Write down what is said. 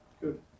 Good